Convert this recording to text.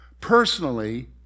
personally